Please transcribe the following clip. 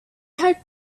had